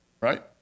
Right